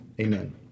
Amen